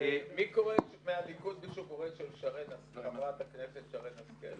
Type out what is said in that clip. מישהו מהליכוד קורא את ההסתייגויות של חברת הכנסת שרן השכל?